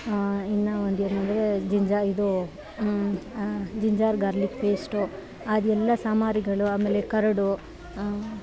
ಆಂ ಇನ್ನು ಒಂದು ಏನೆಂದ್ರೆ ಜಿಂಜಾ ಇದೂ ಜಿಂಜರ್ ಗಾರ್ಲಿಕ್ ಪೇಸ್ಟು ಅದೆಲ್ಲ ಸಾಮಾರಿಗಳು ಆಮೇಲೆ ಕರಡು ಆಂ